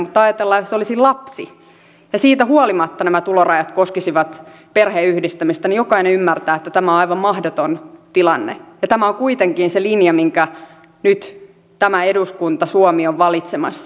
mutta ajatellaan että jos se olisi lapsi ja siitä huolimatta nämä tulorajat koskisivat perheenyhdistämistä niin jokainen ymmärtää että tämä on aivan mahdoton tilanne ja tämä on kuitenkin se linja minkä nyt tämä eduskunta suomi on valitsemassa